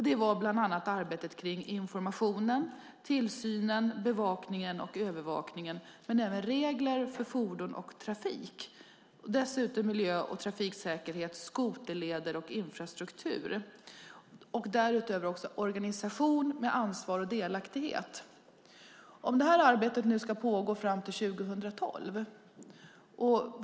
Det var bland annat arbetet kring informationen, tillsynen, bevakningen och övervakningen men även regler för fordon och trafik. Det var dessutom miljö och trafiksäkerhet, skoterleder och infrastruktur. Därutöver var det organisation med ansvar och delaktighet. Detta arbete ska alltså pågå fram till 2012.